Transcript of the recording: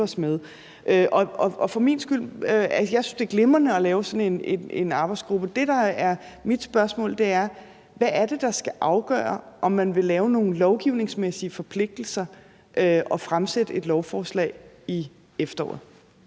os med. Jeg synes, det er glimrende at lave sådan en arbejdsgruppe. Det, der er mit spørgsmål, er: Hvad er det, der skal afgøre, om man vil lave nogle lovgivningsmæssige forpligtelser og fremsætte et lovforslag til efteråret?